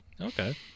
Okay